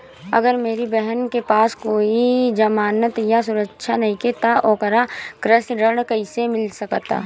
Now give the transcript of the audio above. अगर मेरी बहन के पास कोई जमानत या सुरक्षा नईखे त ओकरा कृषि ऋण कईसे मिल सकता?